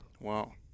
wow